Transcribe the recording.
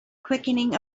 quickening